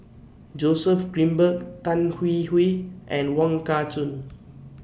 Joseph Grimberg Tan Hwee Hwee and Wong Kah Chun